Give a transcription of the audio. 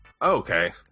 Okay